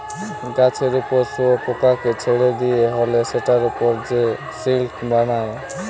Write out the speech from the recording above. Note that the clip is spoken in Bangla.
গাছের উপর শুয়োপোকাকে ছেড়ে দিয়া হলে সেটার উপর সে সিল্ক বানায়